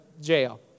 jail